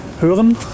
hören